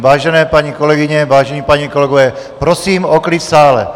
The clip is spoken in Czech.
Vážené paní kolegyně, vážení páni kolegové, prosím o klid v sále.